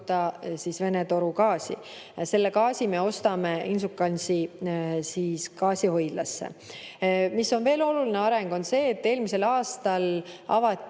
kasuta Vene torugaasi. Selle gaasi me ostame Inčukalnsi gaasihoidlasse. Mis on veel oluline areng, on see, et eelmisel aastal avati